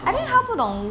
about me